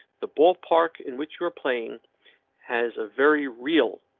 the ballpark in which you are playing has a very real.